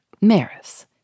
Maris